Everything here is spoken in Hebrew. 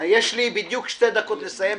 לי בדיוק שתי דקות לסיים.